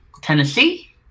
Tennessee